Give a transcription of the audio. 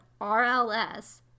RLS